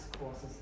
courses